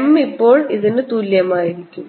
m ഇപ്പോൾ ഇതിനു തുല്യമായിരിക്കും